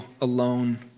alone